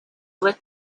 lit